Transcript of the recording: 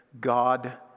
God